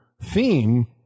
theme